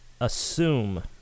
assume